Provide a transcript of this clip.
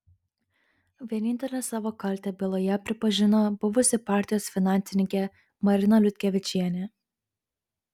vienintelė savo kaltę byloje pripažino buvusi partijos finansininkė marina liutkevičienė